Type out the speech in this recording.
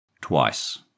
Twice